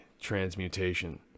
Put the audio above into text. transmutation